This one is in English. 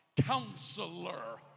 Counselor